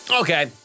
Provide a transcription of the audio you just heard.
Okay